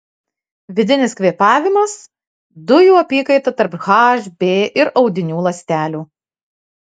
vidinis kvėpavimas dujų apykaita tarp hb ir audinių ląstelių